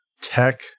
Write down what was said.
tech